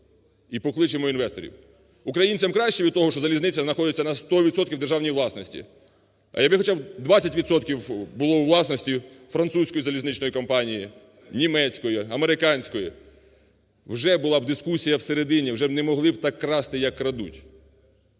і покличемо інвесторів. Українцям краще від того, що залізниця знаходиться на 100 відсотків в державній власності. А якби хоча б 20 відсотків було у власності французької залізничної компанії, німецької, американської. Вже була б дискусія в середині, вже б не могли б так красти як крадуть.